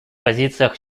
позициях